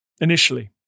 initially